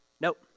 nope